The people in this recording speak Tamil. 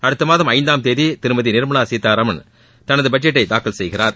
அடுத்த மாதம் ஐந்தாம் தேதி திருமதி நிர்மலா சீதாராமன் தனது பட்ஜெட்டை தாக்கல் செய்கிறார்